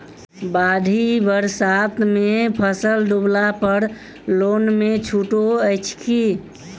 बाढ़ि बरसातमे फसल डुबला पर लोनमे छुटो अछि की